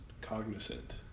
cognizant